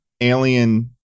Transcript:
alien